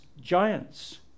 giants